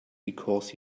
because